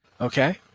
Okay